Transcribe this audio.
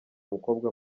umukobwa